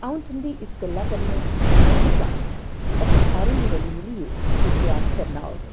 अ'ऊं तुं'दी इस्स गल्ला कन्नै सैह्मत आं कि असें सारें गी रली मिलियै एह् प्रयास करना होग